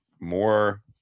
more